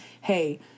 hey